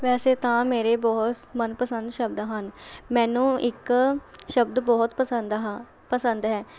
ਵੈਸੇ ਤਾਂ ਮੇਰੇ ਬਹੁਤ ਮਨਪਸੰਦ ਸ਼ਬਦ ਹਨ ਮੈਨੂੰ ਇੱਕ ਸ਼ਬਦ ਬਹੁਤ ਪਸੰਦ ਹਾਂਂ ਪਸੰਦ ਹੈ